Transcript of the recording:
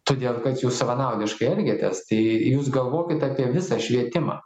todėl kad jūs savanaudiškai elgiatės tai jūs galvokit apie visą švietimą